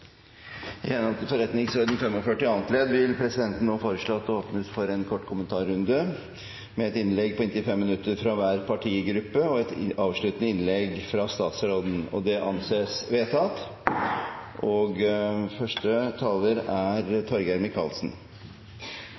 annet ledd vil presidenten foreslå at det nå åpnes for en kort kommentarrunde med et innlegg på inntil 5 minutter fra hver partigruppe og et avsluttende innlegg fra statsråden. – Det anses vedtatt.